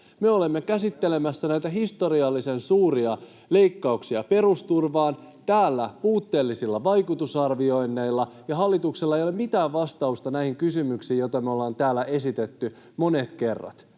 Me olemme käsittelemässä näitä historiallisen suuria leikkauksia perusturvaan täällä puutteellisilla vaikutusarvioinneilla, ja hallituksella ei ole mitään vastausta näihin kysymyksiin, joita me ollaan täällä esitetty monet kerrat.